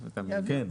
כן.